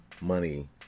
money